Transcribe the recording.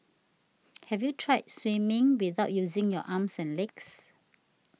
have you tried swimming without using your arms and legs